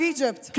Egypt